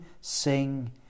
sing